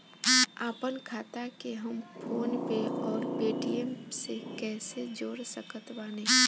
आपनखाता के हम फोनपे आउर पेटीएम से कैसे जोड़ सकत बानी?